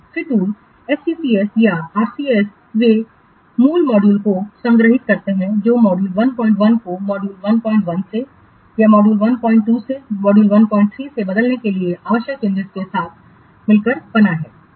फिर tool SCCS या RCS वे मूल मॉड्यूल को संग्रहीत करते हैं जो मॉड्यूल 11 को मॉड्यूल 11 से मॉड्यूल 12 में मॉड्यूल 13 में बदलने के लिए आवश्यक चेंजिंसों के साथ मिलकर 13